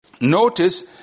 notice